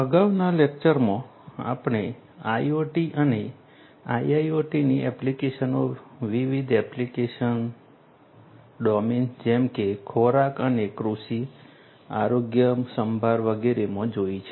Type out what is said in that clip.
અગાઉના લેક્ચર્સમાં આપણે IoT અને IIoT ની એપ્લિકેશનો વિવિધ એપ્લિકેશન ડોમેન્સ જેમ કે ખોરાક અને કૃષિ આરોગ્યસંભાળ વગેરેમાં જોઈ છે